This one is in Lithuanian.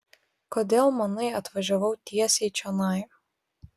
kodėl manai atvažiavau tiesiai čionai